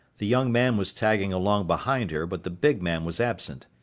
the young man was tagging along behind her but the big man was absent.